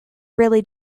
really